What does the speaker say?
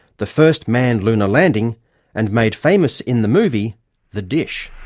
the first manned lunar landing and made famous in the movie the dish.